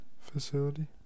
facility